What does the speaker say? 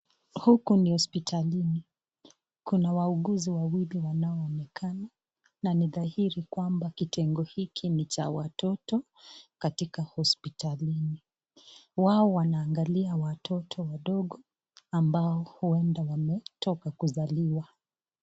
Huku ni hospitalini. Kuna wauguzi wawili wanaonekana na ni dhahiri kwamba kitengo hiki ni cha watoto katika hospitalini. Wao wanangalia watoto wandogo ambao huenda wametoka kuzaliwa